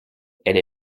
elle